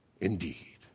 Indeed